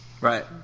Right